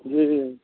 जी